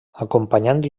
acompanyant